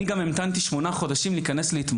אני גם המתנתי שמונה חודשים להיכנס להתמחות.